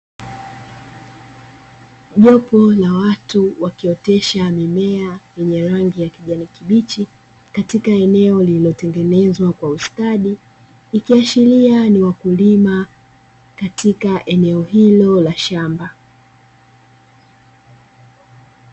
Jopo la watu wakiotesha mimea yenye rangi ya kijani kibichi, katika eneo lililotengenezwa kwa ustadi. Ikiashiria ni wakulima katika eneo hilo la shamba.